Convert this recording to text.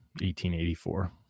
1884